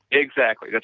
exactly.